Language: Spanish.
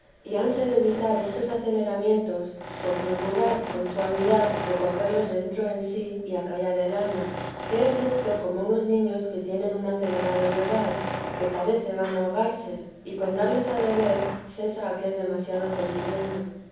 y hanse de evitar estos acelera con procurar con suavidad recogerlos dentro de sí y acallar el alma que es esto como unos niños que tienen un acelerado llorar que parece van a ahogarse y con darles a beber cesa aquel demasiado sentimiento